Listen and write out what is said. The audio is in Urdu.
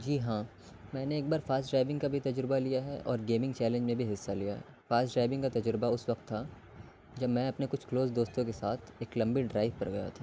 جی ہاں میں نے ایک بار فاسٹ ڈرائیونگ کا بھی تجربہ لیا ہے اور گیمنگ چیلنج میں بھی حصہ لیا ہے فاسٹ ڈرائیونگ کا تجربہ اس وقت تھا جب میں اپنے کچھ کلوز دوستوں کے ساتھ ایک لمبی ڈرائیو پر گیا تھا